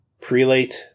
Prelate